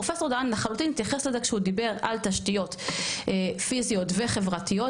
פרופסור דהן לחלוטין התייחס לזה כשהוא דיבר על תשתיות פיזיות וחברתיות,